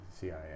CIA